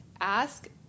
ask